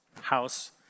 house